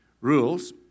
rules